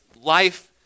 life